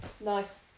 Nice